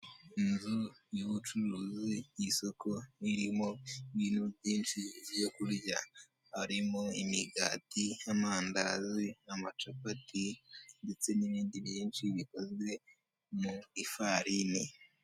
Inzu y'ubucuruzi, isoko ririmo ibintu byinshi byo kurya, harimo imigati, amandazi, amacapati, ndetse n'ibindi byinshi bikoze mu ifarini.